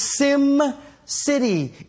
SimCity